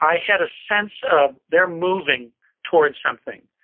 i had a sense of they're moving toward something.